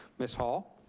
ms. hall?